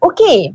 Okay